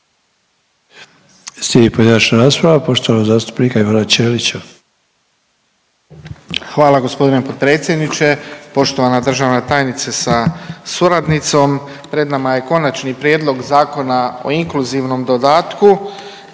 Slijedi pojedinačna rasprava poštovanog zastupnika Ivana Ćelića. **Ćelić, Ivan (HDZ)** Hvala g. potpredsjedniče, poštovana državna tajnice sa suradnicom. Pred nama je Konačni prijedlog Zakona o inkluzivnom dodatku.